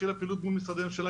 והתחילה פעילות מול משרדי הממשלה,